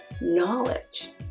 knowledge